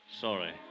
Sorry